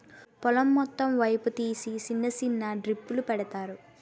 పొలం మొత్తం పైపు తీసి సిన్న సిన్న డ్రిప్పులు పెడతారు